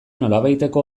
nolabaiteko